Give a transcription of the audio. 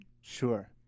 Sure